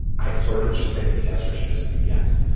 i sort of just thinking answers should just be yes.